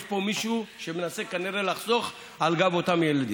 יש פה מישהו שמנסה כנראה לחסוך על גב אותם ילדים.